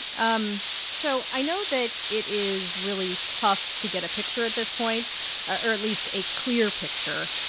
um so i know that it is really tough to get a picture at this point or, at least, a clear picture.